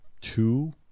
two